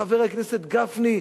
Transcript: חבר הכנסת גפני,